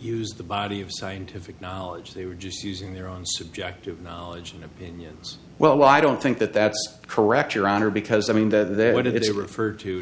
use the body of scientific knowledge they were just using their own subjective knowledge and opinions well i don't think that that's correct your honor because i mean that it's referred to